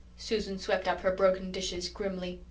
susan swept up her broken dishes grimly.